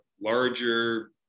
larger